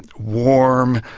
warm,